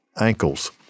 ankles